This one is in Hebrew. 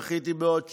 ודחיתי בעוד שבוע.